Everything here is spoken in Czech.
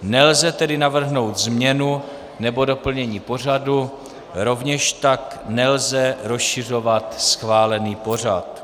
Nelze tedy navrhnout změnu nebo doplnění pořadu, rovněž tak nelze rozšiřovat schválený pořad.